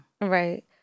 Right